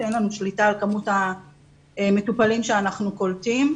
אין לנו שליטה על כמות המטופלים שאנחנו קולטים.